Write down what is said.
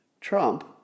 Trump